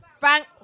Thank